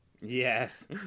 Yes